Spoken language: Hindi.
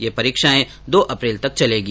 यह परीक्षाएं दो अप्रैल तक चलेगी